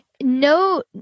No